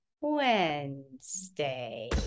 wednesday